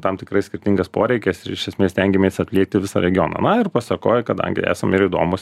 tam tikrais skirtingais poreikiais ir iš esmės stengiamės aplėkti visą regioną na ir pasekoj kadangi esam ir įdomūs